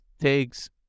takes